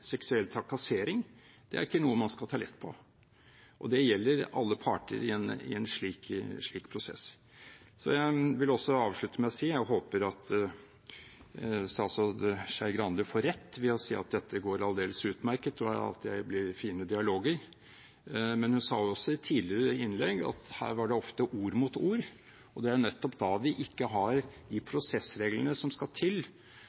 seksuell trakassering, ikke er noe man skal ta lett på. Det gjelder alle parter i en slik prosess. Jeg vil også avslutte med å si at jeg håper statsråd Skei Grande får rett ved å si at dette går aldeles utmerket, og at det blir fine dialoger. Men hun sa også i et tidligere innlegg at her var det ofte ord mot ord. Det er nettopp da vi ikke har de prosessreglene som skal til